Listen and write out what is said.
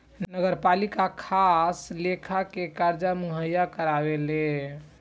नगरपालिका खास लेखा के कर्जा मुहैया करावेला